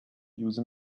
use